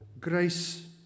grace